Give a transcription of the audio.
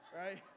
right